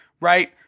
right